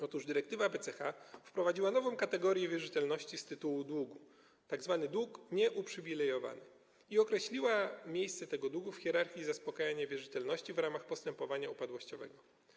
Otóż dyrektywa BCH wprowadziła nową kategorię wierzytelności z tytułu długu, tzw. długu nieuprzywilejowanego, i określiła miejsce tego długu w hierarchii zaspokajania wierzytelności w ramach postępowania upadłościowego.